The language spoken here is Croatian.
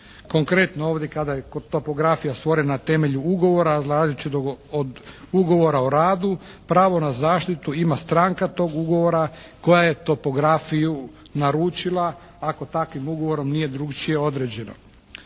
Konkretno ovdje kada je kod topografije stvorena na temelju ugovora, …/Govornik se ne razumije./… od ugovora na radu pravo na zaštitu ima stranka tog ugovora koja je topografiju naručila ako takvim ugovorom nije drukčije određeno.